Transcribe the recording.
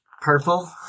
Purple